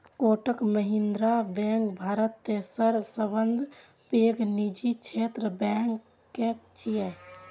Kotak Mahindra bank Bharat तेसर सबसं पैघ निजी क्षेत्रक बैंक छियै